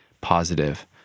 positive